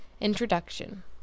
Introduction